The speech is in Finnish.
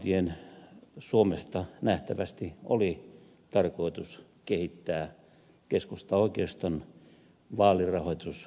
kehittyvien maakuntien suomesta nähtävästi oli tarkoitus kehittää keskustaoikeiston vaalirahoitusautomaatti